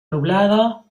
nublado